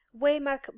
waymark